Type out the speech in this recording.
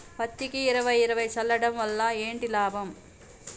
పత్తికి ఇరవై ఇరవై చల్లడం వల్ల ఏంటి లాభం?